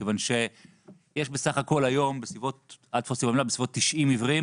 בסך הכול יש היום בסביבות 90 עיוורים